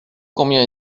combien